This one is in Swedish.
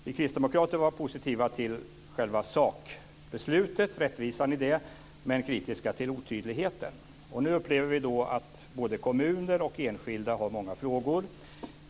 Vi kristdemokrater var positiva till själva sakbeslutet, rättvisan i det, men kritiska till otydligheten. Nu upplever vi att både kommuner och enskilda har många frågor.